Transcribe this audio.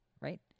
right